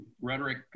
rhetoric